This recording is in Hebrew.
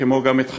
כמו גם את חיינו.